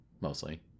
Mostly